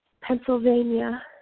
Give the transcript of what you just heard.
Pennsylvania